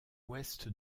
ouest